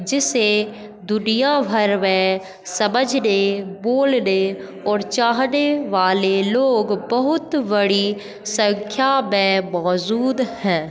जिसे दुनिया भर में समझने बोलने और चाहने वाले लोग बहुत बड़ी संख्या में मौजूद हैं